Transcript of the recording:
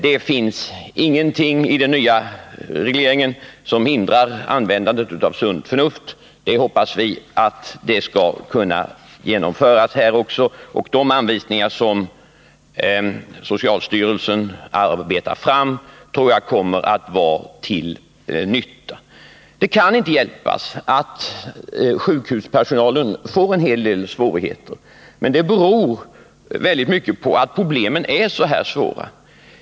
Det finns ingenting i den nya regleringen som hindrar användandet av sunt förnuft. Vi hoppas att det skall kunna användas också i dessa sammanhang. De anvisningar som socialstyrelsen nu håller på att arbeta fram kommer troligen att vara till nytta. Det kan inte hjälpas att sjukhuspersonalen får en hel del svårigheter. Men det beror i stor utsträckning på att problemen är så här svåra.